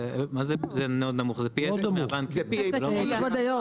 זה פי עשרה מהבנקים.